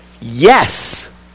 Yes